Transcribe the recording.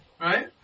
Right